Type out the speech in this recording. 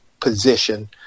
position